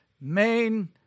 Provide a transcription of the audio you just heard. main